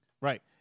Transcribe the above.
Right